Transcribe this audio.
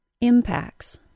Impacts